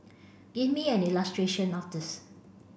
give me an illustration of this